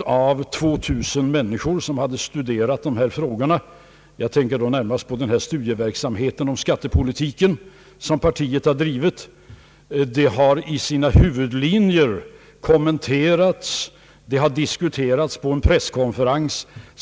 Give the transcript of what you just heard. av 2 000 människor som har diskuterat dessa frågor — jag tänker närmast på den studieverksamhet om skattepolitiken som partiet har drivit — och det har i sina huvudlinjer kommenterats och diskuterats på en presskonferens.